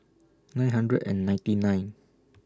nine hundred and ninety nine